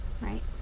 right